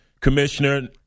Commissioner